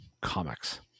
comics